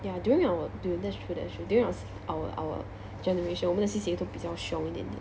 ya during our dude that's true that's true during our our generation 我们的 C_C_A 都比较凶一点点